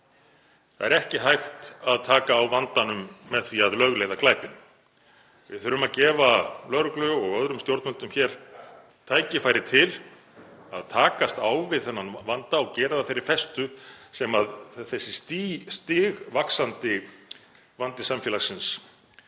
Það er ekki hægt að taka á vandanum með því að lögleiða glæpina. Við þurfum að gefa lögreglu og öðrum stjórnvöldum hér tækifæri til að takast á við þennan vanda og gera það af þeirri festu sem þessi stigvaxandi vandi samfélagsins